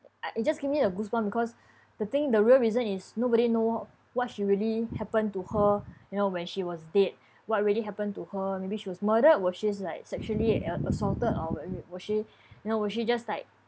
I it just give me the goosebumps because the thing the real reason is nobody know what she really happen to her you know when she was dead what really happened to her maybe she was murdered was she's like sexually a~ assaulted or wa~ was she you know was she just like